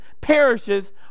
perishes